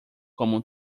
como